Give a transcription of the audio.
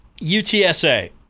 UTSA